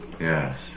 Yes